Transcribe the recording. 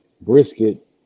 brisket